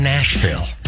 Nashville